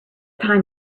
time